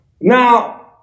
Now